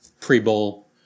pre-bowl